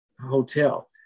hotel